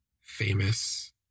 famous